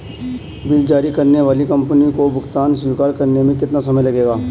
Bill जारी करने वाली कंपनी को भुगतान स्वीकार करने में कितना समय लगेगा?